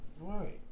Right